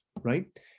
right